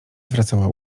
zwracała